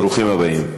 ברוכים הבאים.